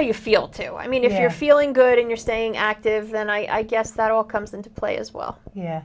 how you feel too i mean if you're feeling good and you're staying active then i guess that all comes into play as well yeah